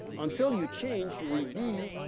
until you change you read b,